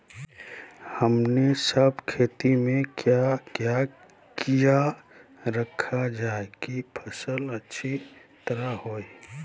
हमने सब खेती में क्या क्या किया रखा जाए की फसल अच्छी तरह होई?